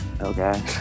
okay